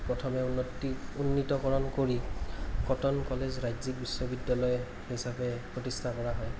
প্ৰথমে উন্নতি উন্নীতকৰণ কৰি কটন কলেজ ৰাজ্য়িক বিশ্ববিদ্য়ালয় হিচাপে প্ৰতিষ্ঠা কৰা হয়